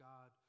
God